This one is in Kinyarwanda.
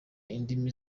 indimi